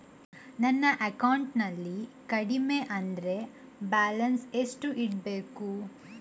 ನನ್ನ ಅಕೌಂಟಿನಲ್ಲಿ ಕಡಿಮೆ ಅಂದ್ರೆ ಬ್ಯಾಲೆನ್ಸ್ ಎಷ್ಟು ಇಡಬೇಕು?